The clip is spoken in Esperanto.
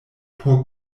por